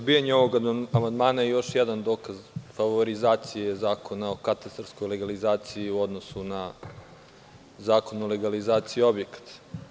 Odbijanje ovog amandmana je još jedan dokaz favorizacije Zakona o katastarskoj legalizaciji u odnosu na Zakon o legalizaciji objekata.